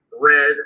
Red